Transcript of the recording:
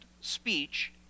speech